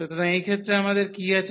সুতরাং এই ক্ষেত্রে আমাদের কি আছে